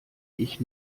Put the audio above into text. ich